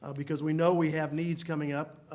ah because we know we have needs coming up.